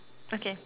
okay